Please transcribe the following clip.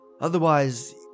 Otherwise